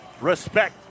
respect